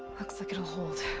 looks like it'll hold.